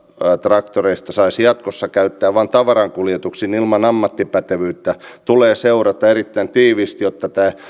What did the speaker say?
traktoreita saisi jatkossa käyttää vain tavarankuljetuksiin ilman ammattipätevyyttä tulee seurata erittäin tiiviisti jotta tämä